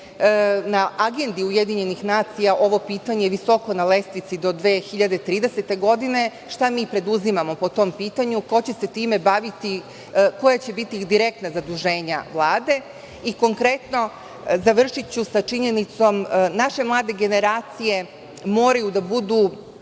na agendi UN ovo pitanje visoko na lestvici do 2030. godine, šta mi preduzimamo po tom pitanju, ko će se time baviti, koja će biti direktna zaduženja Vlade? Konkretno, završiću sa činjenicom, naše mlade generacije moraju da budu